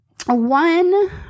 One